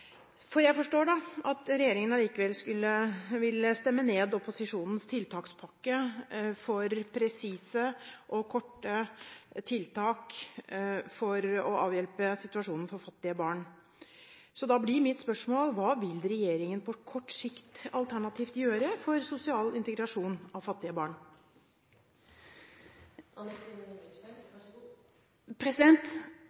Jeg forstår at regjeringen allikevel vil stemme ned opposisjonens tiltakspakke for presise og korte tiltak for å avhjelpe situasjonen for fattige barn. Da blir mitt spørsmål: Hva vil regjeringen på kort sikt alternativt gjøre for sosial integrasjon av fattige barn?